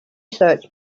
search